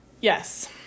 yes